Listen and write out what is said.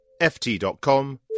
ft.com